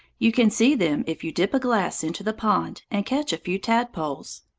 you can see them if you dip a glass into the pond and catch a few tadpoles.